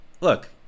look –